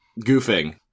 Goofing